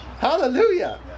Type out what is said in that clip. Hallelujah